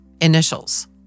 initials